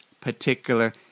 particular